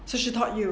so she taught you